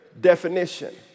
definition